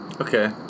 Okay